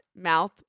mouth